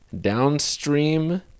downstream